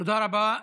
תודה רבה.